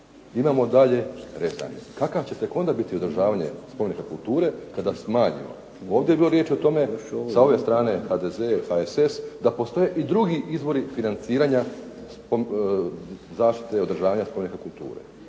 imamo dalje …/Ne razumije se./… Kakav će tek onda biti održavanje spomenika kulture kada smanjimo. Ovdje je bilo riječi o tome sa ove strane HDZ i HSS da postoje i drugi izvori financiranja zaštite i održavanja spomenika kulture.